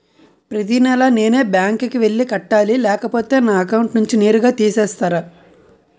ప్రతి నెల నేనే బ్యాంక్ కి వెళ్లి కట్టాలి లేకపోతే నా అకౌంట్ నుంచి నేరుగా తీసేస్తర?